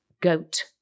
goat